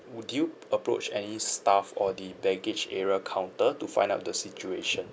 would you approach any staff or the baggage area counter to find out the situation